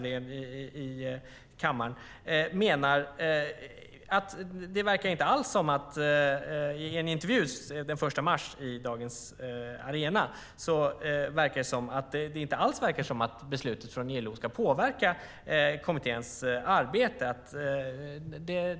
I en intervju den 1 mars i Dagens Arena verkar det som om beslutet från ILO inte alls ska påverka kommitténs arbete.